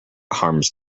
harms